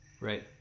Right